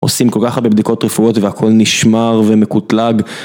עושים כל כך הרבה בדיקות רפואיות והכל נשמר ומקוטלג.